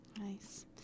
nice